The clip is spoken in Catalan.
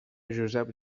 joseps